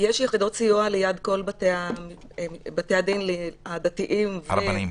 יחידות סיוע ליד כל בתי הדין הדתיים -- הרבניים.